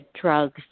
drugs